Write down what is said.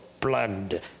blood